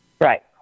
Right